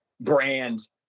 brand